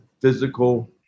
physical